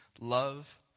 Love